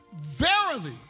verily